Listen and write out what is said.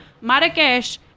Marrakesh